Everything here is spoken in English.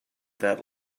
that